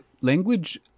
Language